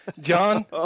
John